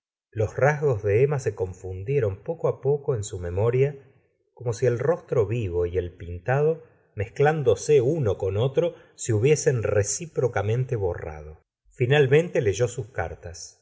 los rasgos de emma se confundieron poco á poco en su memoria como si el rostro vivo y el pintado mezclándose uno con otro se hubiesen reciproca mente borrado finalmente leyó sus cartas